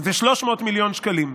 זה 300 מיליון שקלים,